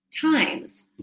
times